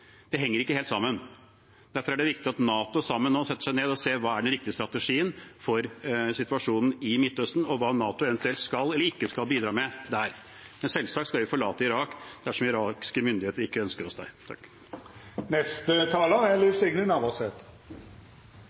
Det henger ikke helt sammen. Derfor er det viktig at NATO sammen nå setter seg ned og ser på hva som er den riktige strategien for situasjonen i Midtøsten, og på hva NATO eventuelt skal eller ikke skal bidra med der. Men selvsagt skal vi forlate Irak dersom irakiske myndigheter ikke ønsker oss der. Først: Takk